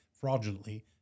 fraudulently